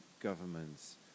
governments